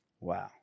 Wow